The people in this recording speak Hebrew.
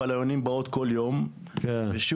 אבל היונים באות כל יום,